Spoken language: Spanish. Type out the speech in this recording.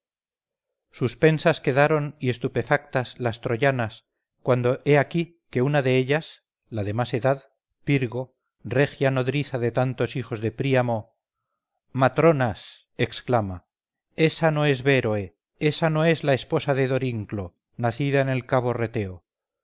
suspensas quedaron y estupefactas las troyanas cuando he aquí que una de ellas la de más edad pirgo regia nodriza de tantos hijos de príamo matronas exclama esa no es béroe esa no es la esposa de dorinclo nacida en el cabo reteo